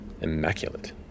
immaculate